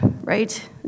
right